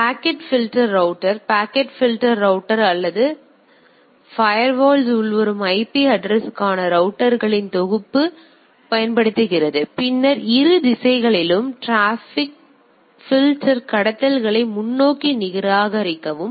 இப்போது packet filter router packet filter router அல்லது packet filter firewall உள்வரும் ஐபி டிராபிக்ற்கான ரௌட்டர்களின் தொகுப்பைப் பயன்படுத்துகிறது பின்னர் இரு திசைகளிலும் டிராபிக் பில்டர் கடத்தல்களை முன்னோக்கி நிராகரிக்கவும்